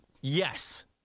Yes